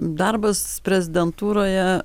darbas prezidentūroje